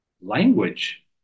language